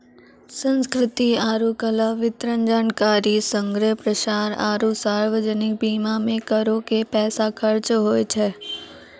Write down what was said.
संस्कृति आरु कला, वितरण, जानकारी संग्रह, प्रसार आरु सार्वजनिक बीमा मे करो के पैसा खर्चा होय छै